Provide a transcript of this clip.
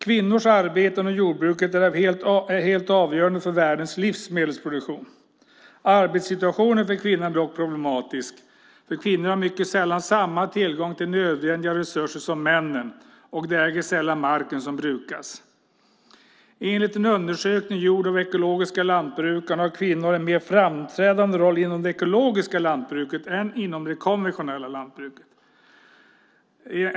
Kvinnors arbete inom jordbruket är helt avgörande för världens livsmedelsproduktion. Arbetssituationen för kvinnor är dock problematisk. Kvinnorna har mycket sällan samma tillgång till nödvändiga resurser som männen, och de äger sällan marken som brukas. Enligt en undersökning gjord av Ekologiska Lantbrukarna har kvinnor en mer framträdande roll inom det ekologiska lantbruket än inom det konventionella lantbruket.